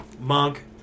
monk